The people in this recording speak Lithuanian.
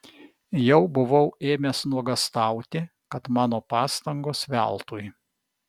jau buvau ėmęs nuogąstauti kad mano pastangos veltui